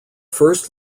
first